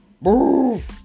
Move